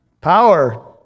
power